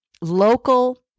local